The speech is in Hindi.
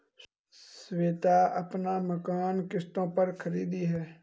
श्वेता अपना मकान किश्तों पर खरीदी है